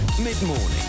mid-morning